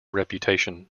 reputation